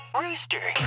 rooster